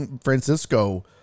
Francisco